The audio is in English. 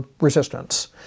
resistance